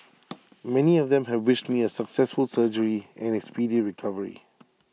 many of them have wished me A successful surgery and A speedy recovery